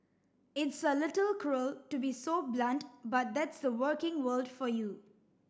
it's a little cruel to be so blunt but that's the working world for you